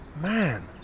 Man